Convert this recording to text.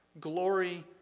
glory